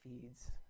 feeds